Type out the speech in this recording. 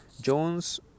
Jones